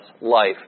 life